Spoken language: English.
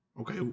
Okay